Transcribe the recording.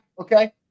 okay